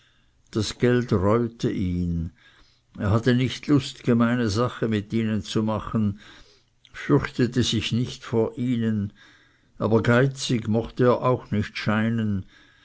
das geld reute ihn er hatte nicht lust gemeine sache mit ihnen zu machen fürchtete sich nicht vor ihnen aber geizig mochte er auch nicht scheinen